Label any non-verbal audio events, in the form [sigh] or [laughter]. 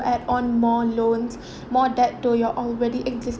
add on more loans [breath] more debt to your already exis~